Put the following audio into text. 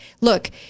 look